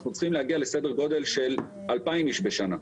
אנחנו צריכים להגיע לסדר גודל של אלפיים איש בשנה.